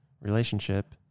relationship